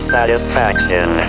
Satisfaction